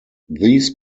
these